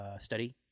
study